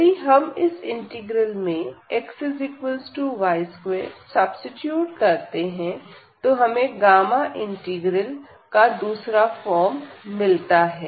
यदि हम इस इंटीग्रल में xy2 सब्सीट्यूट करते हैं तो हमें गामा इंटीग्रल का दूसरा फॉर्म मिलता है